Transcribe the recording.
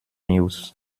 news